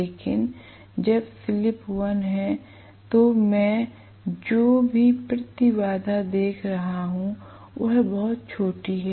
लेकिन जब स्लिप 1 है तो मैं जो भी प्रतिबाधा देख रहा हूं वह बहुत छोटी है